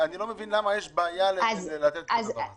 אני לא מבין למה יש בעיה לתת את הדבר הזה.